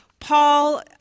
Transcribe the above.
Paul